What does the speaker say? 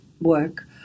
work